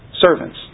servants